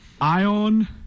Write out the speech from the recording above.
Ion